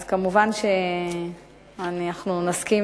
מובן שאנחנו נסכים